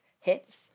hits